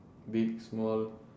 big small